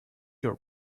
your